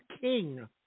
King